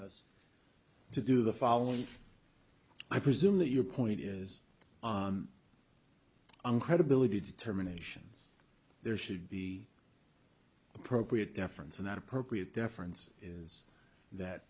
o do the following i presume that your point is on credibility determinations there should be appropriate deference and that appropriate deference is that